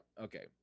okay